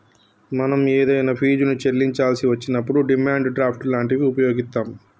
మనం ఏదైనా ఫీజుని చెల్లించాల్సి వచ్చినప్పుడు డిమాండ్ డ్రాఫ్ట్ లాంటివి వుపయోగిత్తాం